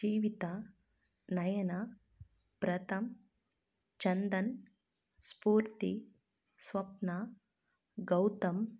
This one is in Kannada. ಜೀವಿತ ನಯನ ಪ್ರತಮ್ ಚಂದನ್ ಸ್ಪೂರ್ತಿ ಸ್ವಪ್ನ ಗೌತಮ್